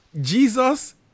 Jesus